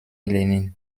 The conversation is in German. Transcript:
lenin